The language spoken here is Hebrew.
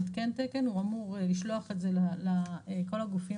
לעדכן תקן הוא אמור לשלוח את זה לכל הגופים